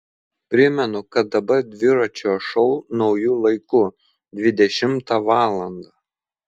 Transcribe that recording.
primenu kad dabar dviračio šou nauju laiku dvidešimtą valandą